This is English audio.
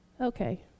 Okay